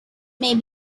may